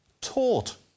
taught